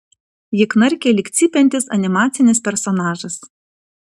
ji knarkė lyg cypiantis animacinis personažas